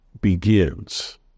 begins